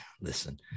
Listen